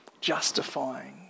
Justifying